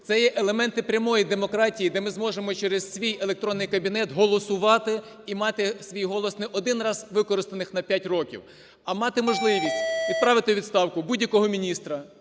Це є елементи прямої демократії, де ми зможемо через свій електронний кабінет голосувати і мати свій голос, не один раз використаних на п'ять років, а мати можливість відправити у відставку будь-якого міністра,